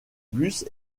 bus